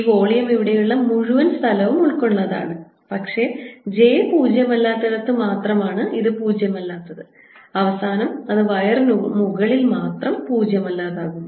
ഈ വോളിയം ഇവിടെയുള്ള മുഴുവൻ സ്ഥലവും ഉൾക്കൊണ്ടതാണ് പക്ഷേ j പൂജ്യമല്ലാത്തിടത്ത് മാത്രമാണ് ഇത് പൂജ്യമല്ലാത്തത് അവസാനം അത് വയറിനു മുകളിൽ മാത്രം പൂജ്യം അല്ലാതാകുന്നു